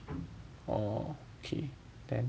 oh okay then